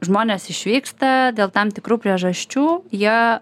žmonės išvyksta dėl tam tikrų priežasčių jie